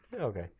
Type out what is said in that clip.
Okay